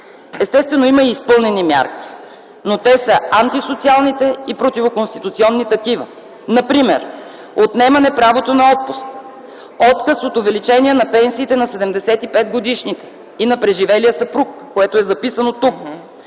Естествено, има и изпълнени мерки, но те са антисоциалните и противоконституционните. Например – отнемане правото на отпуск, отказ от увеличение на пенсиите на 75-годишните и на преживелия съпруг, което е записано тук.